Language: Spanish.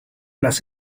las